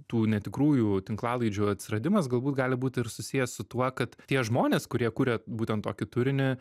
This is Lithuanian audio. tų netikrųjų tinklalaidžių atsiradimas galbūt gali būti ir susijęs su tuo kad tie žmonės kurie kuria būtent tokį turinį